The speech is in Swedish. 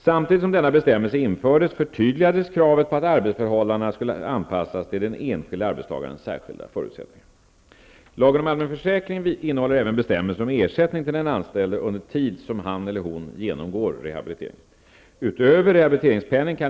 Samtidigt som denna bestämmelse infördes förtydligades kravet på att arbetsförhållandena skall anpassas till den enskilde arbetstagarens särskilda förutsättningar.